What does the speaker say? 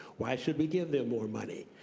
why should we give them more money?